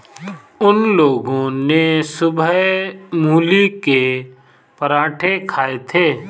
उन लोगो ने सुबह मूली के पराठे खाए थे